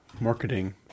Marketing